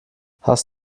hast